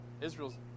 Israel's